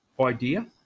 idea